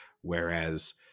Whereas